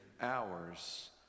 hours